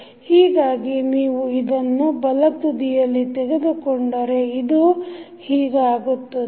ಹೀಗಾಗಿ ನೀವು ಇದನ್ನು ಬಲ ಬದಿಯಲ್ಲಿ ತೆಗೆದುಕೊಂಡರೆ ಇದು ಹೀಗಾಗುತ್ತದೆ